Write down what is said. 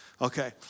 Okay